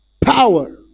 Power